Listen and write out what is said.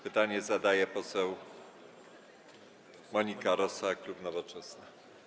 Pytanie zadaje poseł Monika Rosa, klub Nowoczesna.